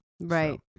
Right